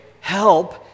Help